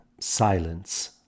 silence